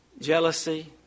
jealousy